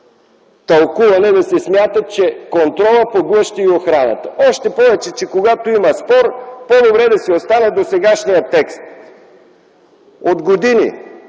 тълкуване да се смята, че контролът поглъща и охраната, още повече, че когато има спор, е по-добре да си остане досегашният текст. От години,